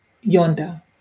yonder